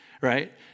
right